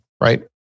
right